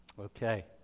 Okay